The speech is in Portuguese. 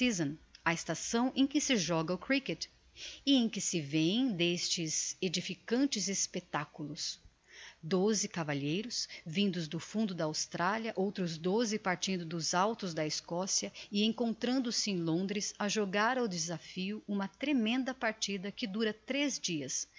a estação em que se joga o cricket e em que se vêm d'estes edificantes espectaculos doze cavalheiros vindos do fundo da australia outros doze partindo dos altos da escossia e encontrando-se em londres a jogar ao desafio uma tremenda partida que dura tres dias